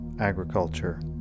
agriculture